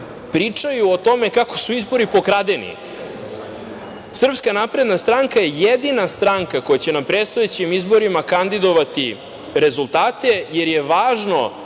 pričaju o tome kako su izbori pokradeni, SNS je jedina stranka koja će na predstojećim izborima kandidovati rezultate, jer je važno